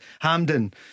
Hamden